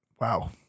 Wow